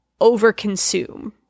overconsume